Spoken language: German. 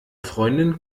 freundin